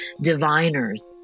diviners